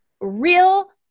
real